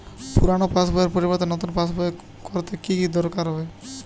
পুরানো পাশবইয়ের পরিবর্তে নতুন পাশবই ক রতে গেলে কি কি করতে হবে?